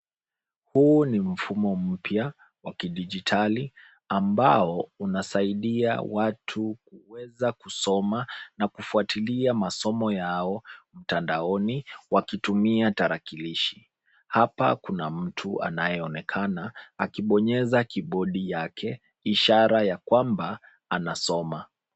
Huu ni mfumo mpya wa kidijitali ambao unasaidia watu kuweza kusoma na kufuatilia masomo yao mtandaoni wakitumia tarakilishi. Hapa kuna mtu anayeonekana akibonyeza kibodi yake ishara ya kwamba anasoma.